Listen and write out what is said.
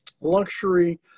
luxury